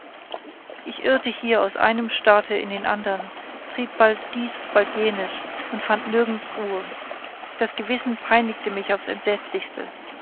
ich irrte hier aus einem staate in den andern trieb bald dies bald jenes und fand nirgends ruhe das gewissen peinigte mich aufs entsetzlichste